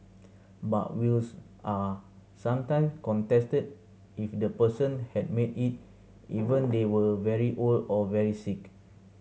but wills are sometime contested if the person had made it ever they were very old or very sick